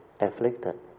afflicted